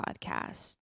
podcast